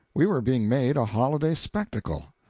we were being made a holiday spectacle.